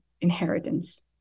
inheritance